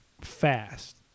fast